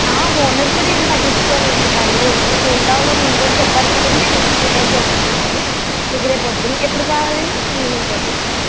owner కూడా ఏం పట్టించుకోరులేండి పర్లేదండి మీకు ఏం కావాలో ముందు చెప్పారు కదండి లిస్ట్ ప్రిపేర్ చేసుకున్నామండి మీకు రేపు పొద్దున్నే ఎప్పుడు కావాలండి ఈవినింగ్కా అండి